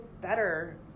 better